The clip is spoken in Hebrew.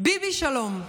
"ביבי, שלום,